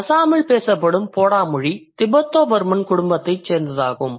அசாமில் பேசப்படும் போடோ மொழி திபெத்தோ பர்மன் குடும்பத்தைச் சேர்ந்ததாகும்